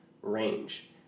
range